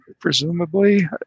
presumably